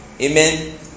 Amen